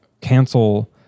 cancel